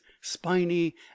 spiny